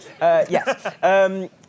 yes